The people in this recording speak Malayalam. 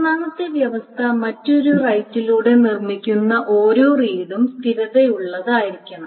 മൂന്നാമത്തെ വ്യവസ്ഥ മറ്റൊരു റൈററിലൂടെ നിർമ്മിക്കുന്ന ഓരോ റീഡും സ്ഥിരതയുള്ളതായിരിക്കണം